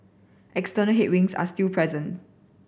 external headwinds are still present